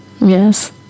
yes